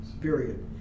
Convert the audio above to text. period